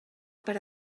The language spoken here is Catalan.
per